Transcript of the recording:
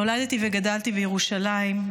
נולדתי וגדלתי בירושלים.